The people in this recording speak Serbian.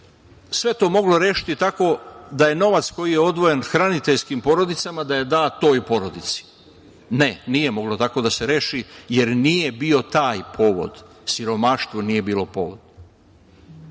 sve to moglo rešiti tako da je novac koji je odvojen hraniteljskim porodicama dat toj porodici. Ne, nije moglo tako da se reši jer nije bio taj povod. Siromaštvo nije bilo povod.